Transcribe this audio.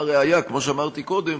הא ראיה, כמו שאמרתי קודם,